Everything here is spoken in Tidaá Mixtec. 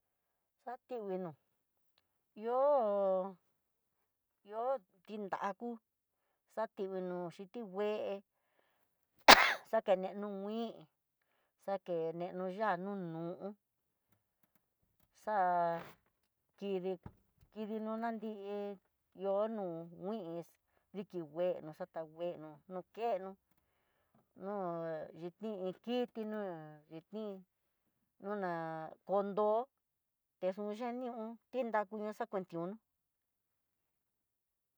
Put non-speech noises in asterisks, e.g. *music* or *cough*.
Xatingui nó ihó ihó tinráku, xakininó xhi ti ngué *hesitation* xakeneno iin xakeneno ya'a nunu'ú, xa'a kidi kidi no nanrí ihó no ngui diki nduenó, xatangueno no kenó no'oo yiti no kiti no'o xhitin oná kondó tekucheni hó ti nrakuna na kuentiuno.